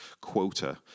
quota